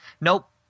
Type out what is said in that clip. Nope